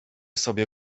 sobie